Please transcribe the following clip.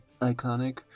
iconic